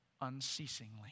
unceasingly